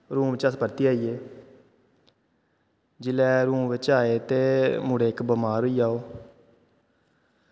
room च अस परतियै आई गे जेल्लै रूम बिच्च आए ते मुड़ा इक बमार होई गेआ ओह्